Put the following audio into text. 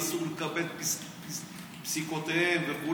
אסור לקבל את פסיקותיהם וכו'.